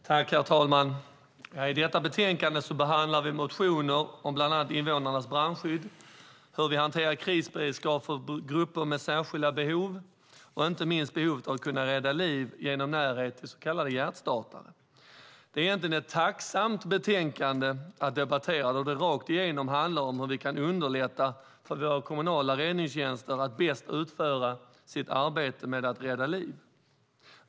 Herr talman! I detta betänkande behandlar vi motioner om bland annat invånarnas brandskydd, hur vi hanterar krisberedskap för grupper med särskilda behov och inte minst behovet av att kunna rädda liv genom närhet till så kallade hjärtstartare. Det är egentligen ett tacksamt betänkande att debattera då det rakt igenom handlar om hur vi kan underlätta får våra kommunala räddningstjänster att bäst utföra sitt arbete med att rädda liv.